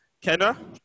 Kenna